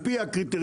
על פי הקריטריונים,